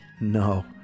no